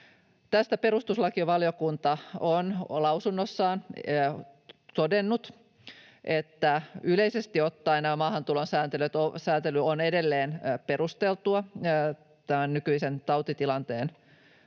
perustuslakivaliokunta on lausunnossaan todennut, että yleisesti ottaen maahantulon sääntely on edelleen perusteltua tämän nykyisen tautitilanteen